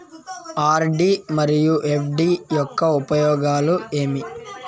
RD మరియు FD యొక్క ఉపయోగాలు ఏమి?